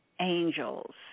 angels